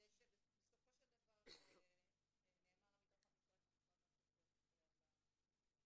בסופו של דבר נאמר מתוך המשרד שהמשרד ממשיך להיות מחויב לתוכנית הזאת.